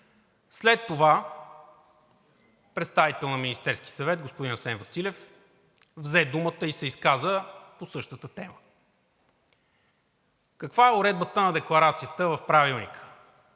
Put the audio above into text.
След това представител на Министерския съвет – господин Асен Василев, взе думата и се изказа по същата тема. Каква е уредбата на декларацията в Правилника?